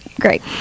great